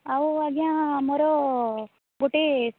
ଆଉ ଆଜ୍ଞା ଆମର ଗୋଟେ